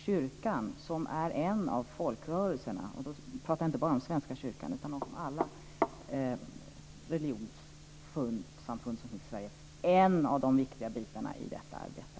Kyrkan, som är en av folkrörelserna - och då pratar jag inte bara om Svenska kyrkan utan om alla religionssamfund som finns i Sverige - är självfallet en av de viktiga bitarna i detta arbete.